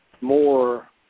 more